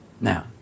Now